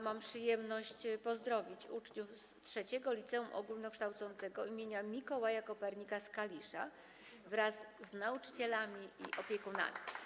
Mam przyjemność pozdrowić uczniów z III Liceum Ogólnokształcącego im. Mikołaja Kopernika w Kaliszu wraz z nauczycielami i opiekunami.